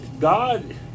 God